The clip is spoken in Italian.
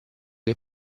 che